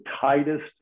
tightest